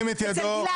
ירים את ידו.